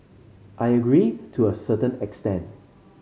I agree to a certain extent